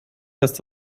heißt